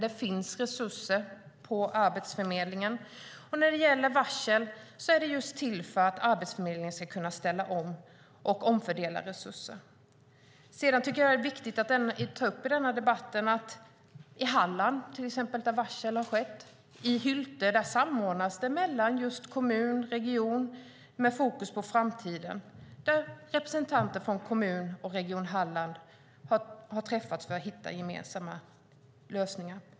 Det finns resurser på Arbetsförmedlingen, och när det gäller varsel är det just till för att Arbetsförmedlingen ska kunna ställa om och omfördela resurser. I debatten är det också viktigt att ta upp att i Halland, där varsel har skett till exempel i Hylte, samordnas det mellan just kommun och region med fokus på framtiden där representanter från kommun och Region Halland har träffats för att hitta gemensamma lösningar.